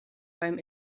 beim